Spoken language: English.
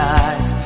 eyes